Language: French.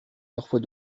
parfois